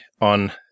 on